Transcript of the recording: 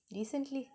recently